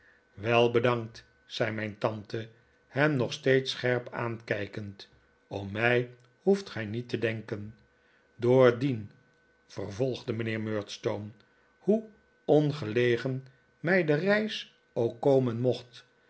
wel bedankt zei mijn tante hem nog steeds scherp aankijkend om mij hoeft gij niet te denken door dien vervolgde mijnheer murdstone hoe ongelegen mij de reis ook komen mocht